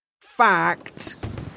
Fact